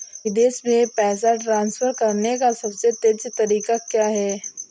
विदेश में पैसा ट्रांसफर करने का सबसे तेज़ तरीका क्या है?